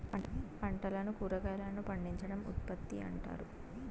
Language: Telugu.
పంటలను కురాగాయలను పండించడం ఉత్పత్తి అంటారు